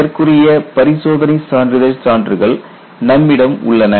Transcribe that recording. இதற்குரிய பரிசோதனை சான்றிதழ் சான்றுகள் நம்மிடம் உள்ளன